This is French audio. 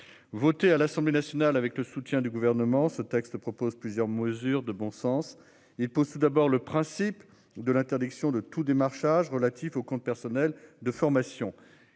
voté à l'Assemblée nationale avec le soutien du gouvernement ce texte propose plusieurs mesures de bon sens et pose tout d'abord le principe de l'interdiction de tout démarchage relatif au compte personnel de formation.